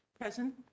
Present